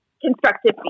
constructive